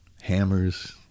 Hammer's